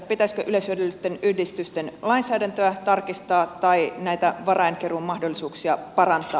pitäisikö yleishyödyllisten yhdistysten lainsäädäntöä tarkistaa tai näitä varainkeruumahdollisuuksia parantaa